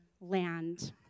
land